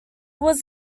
was